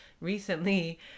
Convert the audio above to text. recently